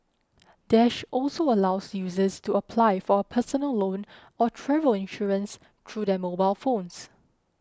dash also allows users to apply for a personal loan or travel insurance through their mobile phones